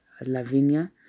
Lavinia